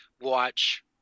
watch